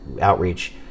outreach